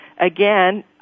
again